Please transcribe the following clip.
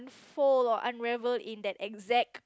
fold or unravel in that exact